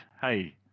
hey